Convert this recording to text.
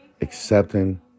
accepting